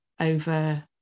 over